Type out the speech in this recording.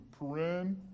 paren